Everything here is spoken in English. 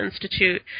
Institute